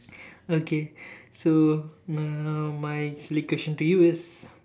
okay so now my silly question to you is